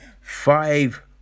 Five